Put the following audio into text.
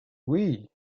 oui